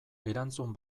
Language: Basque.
erantzun